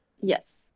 Yes